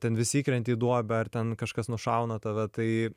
ten vis įkrenti į duobę ar ten kažkas nušauna tave tai